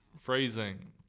phrasing